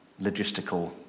logistical